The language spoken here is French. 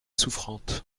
souffrante